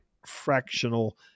fractional